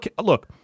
look